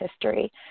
history